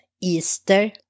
Easter